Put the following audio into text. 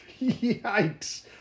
Yikes